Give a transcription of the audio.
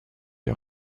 des